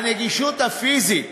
הנגישות הפיזית